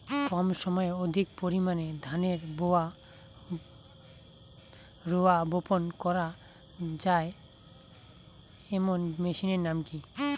কম সময়ে অধিক পরিমাণে ধানের রোয়া বপন করা য়ায় এমন মেশিনের নাম কি?